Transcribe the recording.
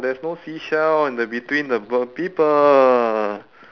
there's no seashell in the between the both people